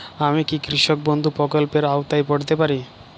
আমি কি কৃষক বন্ধু প্রকল্পের আওতায় পড়তে পারি?